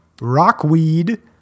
rockweed